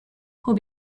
who